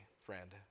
friend